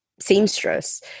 seamstress